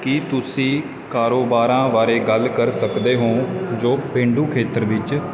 ਕੀ ਤੁਸੀਂ ਕਾਰੋਬਾਰਾਂ ਬਾਰੇ ਗੱਲ ਕਰ ਸਕਦੇ ਹੋ ਜੋ ਪੇਂਡੂ ਖੇਤਰ ਵਿੱਚ